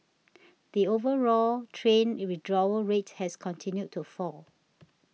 the overall train withdrawal rate has continued to fall